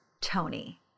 Tony